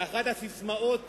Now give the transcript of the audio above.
ואחת הססמאות